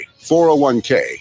401k